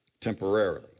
temporarily